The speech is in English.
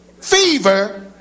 fever